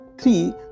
three